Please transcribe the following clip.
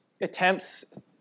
attempts